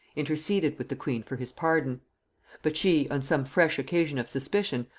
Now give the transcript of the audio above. interceded with the queen for his pardon but she, on some fresh occasion of suspicion,